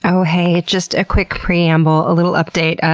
oh heeeyy, just a quick preamble, a little update.